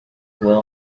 will